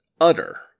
utter